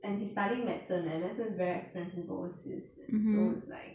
and he's studying medicine eh medicine is very expensive overseas so it's like